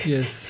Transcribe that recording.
Yes